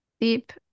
deep